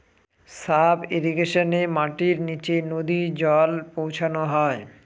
sub ইর্রিগেশনে মাটির নীচে নদী জল পৌঁছানো হয়